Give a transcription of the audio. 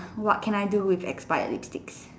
what can I do with expired lipstick